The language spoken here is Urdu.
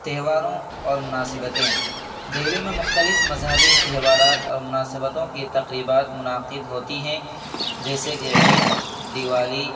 تہواروں اور مناسبتیں دہلی میں مختلف مذہبی تہوارات اور مناسبتوں کی تقریبات منعقد ہوتی ہیں جیسے کہ عید دیوالی